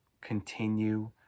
continue